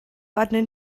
arnyn